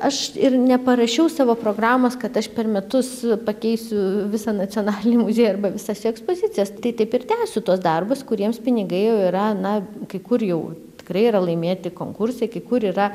aš ir neparašiau savo programos kad aš per metus pakeisiu visą nacionalinį muziejų arba visas jo ekspozicijas tai taip ir tęsiu tuos darbus kuriems pinigai jau yra na kai kur jau tikrai yra laimėti konkursai kai kur yra